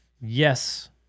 Yes